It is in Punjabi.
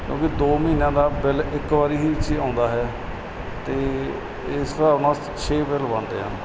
ਉਹ ਵੀ ਦੋ ਮਹੀਨਿਆਂ ਦਾ ਬਿੱਲ ਇੱਕ ਵਾਰ ਹੀ 'ਚ ਆਉਂਦਾ ਹੈ ਅਤੇ ਇਸ ਹਿਸਾਬ ਨਾਲ ਛੇ ਬਿਲ ਬਣਦੇ ਹਨ